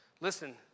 listen